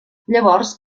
llavors